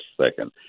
second